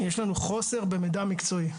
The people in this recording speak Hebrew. יש לו חוסר במידע מקצועי,